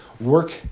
work